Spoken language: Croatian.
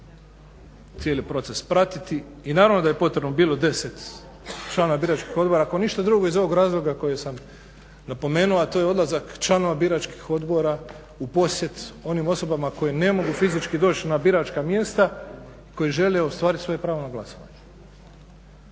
cijeli proces pratiti i naravno da je bilo potrebno 10 članova biračkih odbora ako ništa drugo iz ovog razloga koje sam napomenuo, a to je odlazak članova biračkih odbora u posjet onim osobama koje ne mogu fizički doći na biračka mjesta koji žele ostvariti svoje pravo na glasovanje.